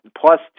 plus